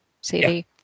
CD